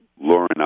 Lauren